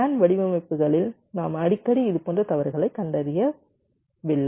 scan வடிவமைப்புகளில் நாம் அடிக்கடி இதுபோன்ற தவறுகளை கண்டறியவில்லை